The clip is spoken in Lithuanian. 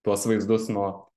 tuos vaizdus nuo